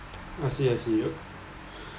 I see I see yup